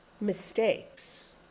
mistakes